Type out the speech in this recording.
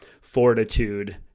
fortitude